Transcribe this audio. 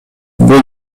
бул